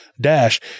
dash